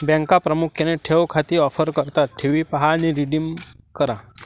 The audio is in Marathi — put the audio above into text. बँका प्रामुख्याने ठेव खाती ऑफर करतात ठेवी पहा आणि रिडीम करा